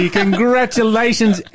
congratulations